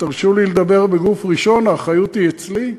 תרשו לי לדבר בגוף ראשון, האחריות היא אצלי,